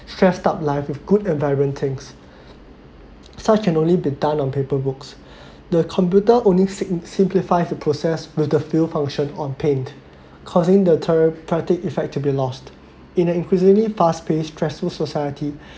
stressed up life with good environment things such and only been done on paper books the computer only simp~ simplifies the process with the fill function on paint causing the therapeutic effect to be lost in an increasingly fast pace stressful society